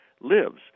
lives